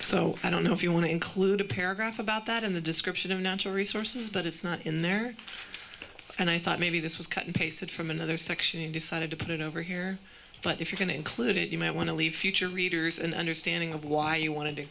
so i don't know if you want to include a paragraph about that in the description of natural resources but it's not in there and i thought maybe this was cut and pasted from another section and decided to put it over here but if you can include it you might want to leave future readers an understanding of why you wanted to